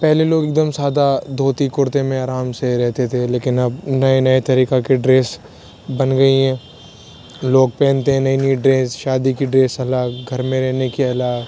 پہلے لوگ ایک دم سادہ دھوتی کرتے میں آرام سے رہتے تھے لیکن اب نئے نئے طریقہ کے ڈریس بن گئی ہیں لوگ پہنتے ہیں نئی نئی ڈریس شادی کی ڈریس الگ گھر میں رہنے کی الگ